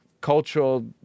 cultural